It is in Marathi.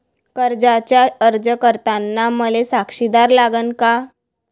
कर्जाचा अर्ज करताना मले साक्षीदार लागन का?